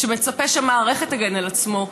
שמצפה שהמערכת תגן עליו,